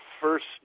first